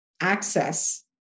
access